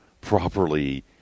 properly